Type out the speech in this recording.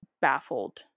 baffled